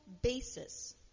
basis